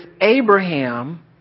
abraham